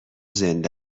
زنده